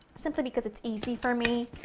simply because it's easy for me,